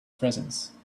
presence